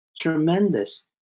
tremendous